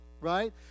Right